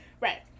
Right